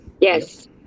Yes